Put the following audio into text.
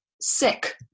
sick